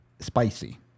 Spicy